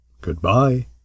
Goodbye